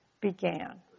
began